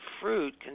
fruit